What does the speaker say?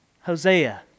Hosea